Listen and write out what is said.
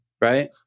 right